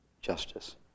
justice